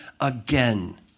again